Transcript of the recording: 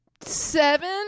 seven